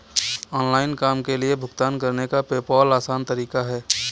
online काम के लिए भुगतान करने का पेपॉल आसान तरीका है